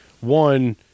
one